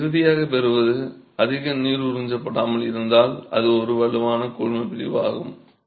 நீங்கள் இறுதியாக பெறுவது அதிக நீர் உறிஞ்சப்படாமல் இருந்தால் அது ஒரு வலுவான கூழ்மப்பிரிப்பு ஆகும்